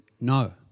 no